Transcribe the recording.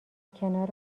کنار